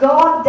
God